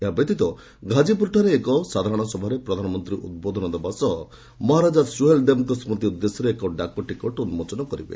ଏହାଛଡ଼ା ଘାକ୍ରିପୁରଠାରେ ଏକ ସାଧାରଣ ସଭାରେ ପ୍ରଧାନମନ୍ତ୍ରୀ ଉଦ୍ବୋଧନ ଦେବା ସହ ମହାରାଜା ସୁହେଲ୍ ଦେବଙ୍କ ସ୍କୁତି ଉଦ୍ଦେଶ୍ୟରେ ଏକ ଡାକ ଟିକଟ୍ ଉନ୍ମୋଚନ କରିବେ